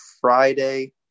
Friday